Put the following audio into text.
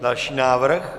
Další návrh.